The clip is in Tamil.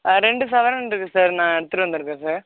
ரெண்டு சவரன் இருக்குது சார் நான் எடுத்துகிட்டு வந்திருக்கேன் சார்